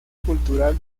cultural